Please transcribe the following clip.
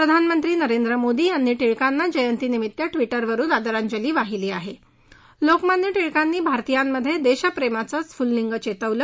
प्रधानमंत्री नरेंद्र मोदी यांनी टिळकांना जयंती निमित्त टविटरवरून आदरांजली वाहिली आहा लोकमान्य टिळकांनी सर भारतीयांमध्य डिश्प्रस्ताचं स्फुल्लिंग चस्तिलं